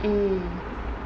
mm